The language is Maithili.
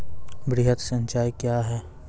वृहद सिंचाई कया हैं?